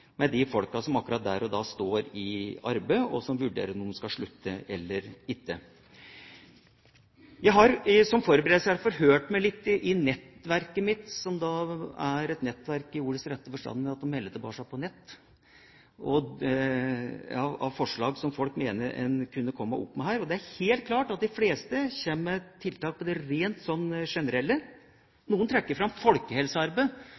med de folkene som akkurat der og da står i arbeid, og som vurderer om de skal slutte eller ikke. Som forberedelse har jeg forhørt meg litt i nettverket mitt – som er et nettverk i ordets rette forstand ved at de melder tilbake på nett – om forslag som folk mener en kunne komme opp med her. Og det er helt klart at de fleste kommer med rent generelle tiltak.